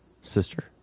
sister